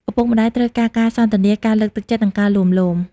ឪពុកម្តាយត្រូវការការសន្ទនា ការលើកទឹកចិត្ត និងការលួងលោម។